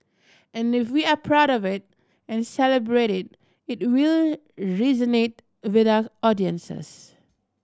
and if we are proud of it and celebrate it it will resonate with our audiences